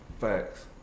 Facts